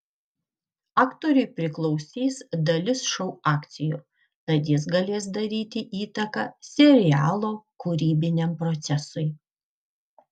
aktoriui priklausys dalis šou akcijų tad jis galės daryti įtaką serialo kūrybiniam procesui